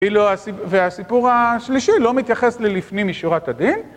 אילו והסיפור השלישי לא מתייחס ללפנים משורת הדין.